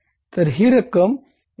तर ही रक्कम येथे 15400 असणार आहे